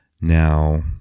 Now